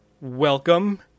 Welcome